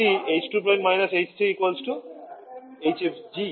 এটি h2− h3 hfg